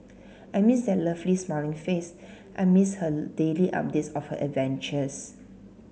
I miss that lovely smiling face I miss her daily updates of her adventures